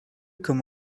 come